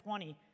20